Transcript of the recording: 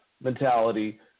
mentality